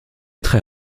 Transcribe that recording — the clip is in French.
très